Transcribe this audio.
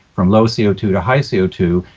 from low c o two to high c o two,